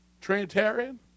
Trinitarian